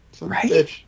Right